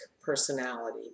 personality